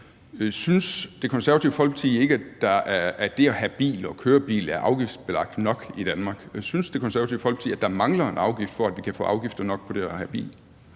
Synes Det Konservative Folkeparti ikke, at det at have bil og køre bil er afgiftsbelagt nok i Danmark? Synes Det Konservative Folkeparti, at der mangler en afgift, for at vi kan få afgifter nok på det at have bil?